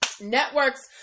networks